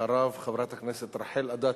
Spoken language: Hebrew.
אחריו, חברת הכנסת רחל אדטו.